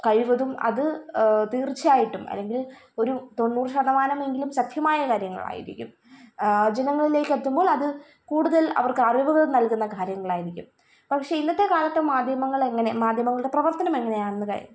കഴിവതും അത് തീര്ച്ഛ ആയിട്ടും അല്ലെങ്കില് ഒരു തൊണ്ണൂറ് ശതമാനമെങ്കിലും സത്യമായ കാര്യങ്ങളായിരിക്കും ജനങ്ങളിലേക്ക് എത്തുമ്പോൾ അത് കൂടുതല് അവര്ക്ക് അറിവുകള് നല്കുന്ന കാര്യങ്ങളായിരിക്കും പക്ഷെ ഇന്നത്തെക്കാലത്ത് മാധ്യമങ്ങൾ അങ്ങനെ മാധ്യമങ്ങളുടെ പ്രവര്ത്തനം എങ്ങനെയാണെന്ന് ക